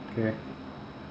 okay